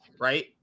right